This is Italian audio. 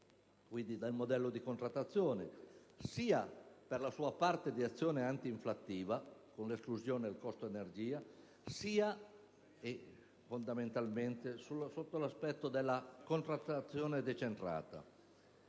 quindi dal modello di contrattazione, sia per la sua azione anti inflattiva (con l'esclusione del costo energia) sia, e fondamentalmente, sotto l'aspetto della contrattazione decentrata.